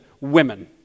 women